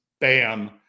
bam